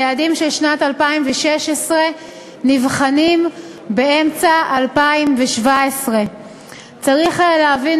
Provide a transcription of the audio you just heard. היעדים של שנת 2016 נבחנים באמצע 2017. צריך להבין